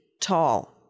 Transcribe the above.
tall